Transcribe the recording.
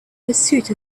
pursuit